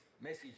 message